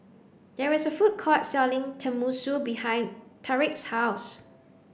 there is a food court selling Tenmusu behind Tyriq's house